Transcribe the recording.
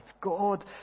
God